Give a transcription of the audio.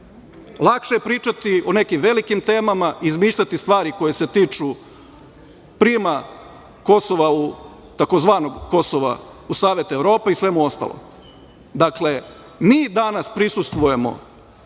lakše je pričati o nekim velikim temama, izmišljati stvari koje se tiču prijema tzv. Kosova u Savet Evrope i svemu ostalom. Dakle, mi danas prisustvujemo